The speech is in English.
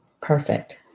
perfect